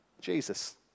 Jesus